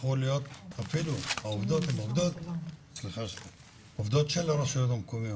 אפילו העובדות הן עובדות של הרשויות המקומיות,